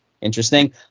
interesting